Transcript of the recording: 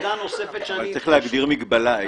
אבל צריך להגדיר מגבלה.